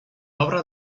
obra